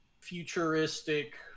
futuristic